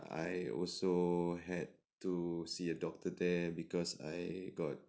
I also had to see a doctor there because I got